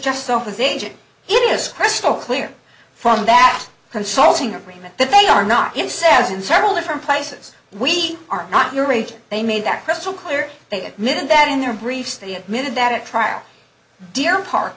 just so his agent it is crystal clear from that consulting agreement that they are not him says in several different places we are not your age they made that crystal clear they admitted that in their briefs they admitted that at trial deer park